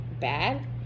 Bad